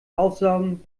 aufsaugen